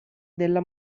della